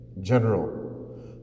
general